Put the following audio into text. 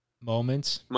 Moments